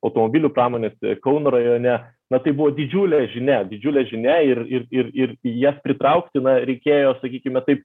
automobilių pramonės kauno rajone na tai buvo didžiulė žinia didžiulė žinia ir ir ir ir jas pritraukti na reikėjo sakykime taip